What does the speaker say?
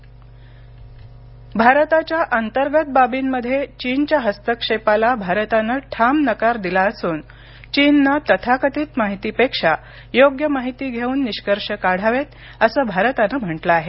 भारत चीन भारताच्या अंतर्गत बाबींमध्ये चीनच्या हस्तक्षेपाला भारतानं ठाम नकार दिला असून चीननं तथाकथित माहितीपेक्षा योग्य माहिती घेऊन निष्कर्ष काढावेत असं भारतानं म्हटलं आहे